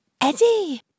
Eddie